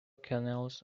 canals